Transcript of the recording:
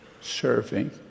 serving